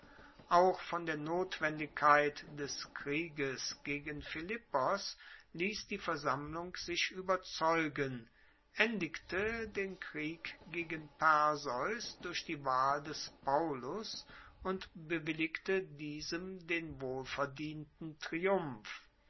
auch von der notwendigkeit des krieges gegen philippos liess die versammlung sich ueberzeugen endigte den krieg gegen perseus durch die wahl des paullus und bewilligte diesem den wohlverdienten triumph